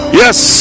yes